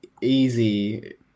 Easy